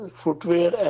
footwear